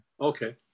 Okay